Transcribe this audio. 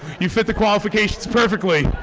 you fit the qualifications perfectly.